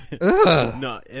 No